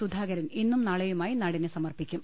സുധാകരൻ ഇന്നും നാളെയുമായി നാടിന് സമർപ്പിക്കും